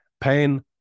pain